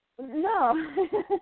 No